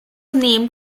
named